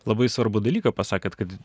labai svarbų dalyką pasakėt kad